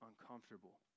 uncomfortable